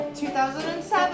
2007